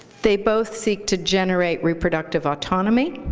they both seek to generate reproductive autonomy.